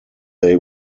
they